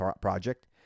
Project